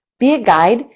be a guide,